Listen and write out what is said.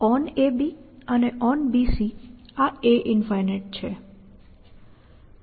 OnAB અને OnBC આ a∞ છે